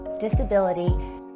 disability